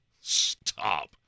Stop